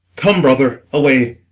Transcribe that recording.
come, brother, away.